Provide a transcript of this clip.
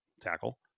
tackle